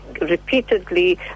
repeatedly